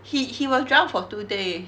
he he was drunk for two days